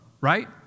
right